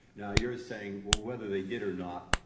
now you're saying, well, whether they did or not,